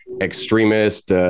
extremist